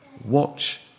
watch